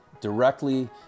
directly